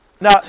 now